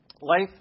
Life